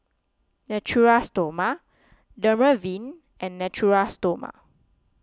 Natura Stoma Dermaveen and Natura Stoma